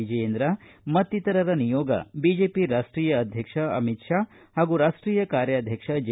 ವಿಜಯೇಂದ್ರ ಮತ್ತಿತರರ ನಿಯೋಗ ಬಿಜೆಪಿ ರಾಷ್ಟೀಯ ಅಧ್ಯಕ್ಷ ಅಮಿತ್ ಶಾ ಪಾಗೂ ರಾಷ್ಟೀಯ ಕಾರ್ಯಾಧ್ಯಕ್ಷ ಜೆ